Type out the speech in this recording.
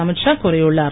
அமித்ஷா கூறியுள்ளார்